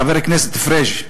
חבר הכנסת פריג',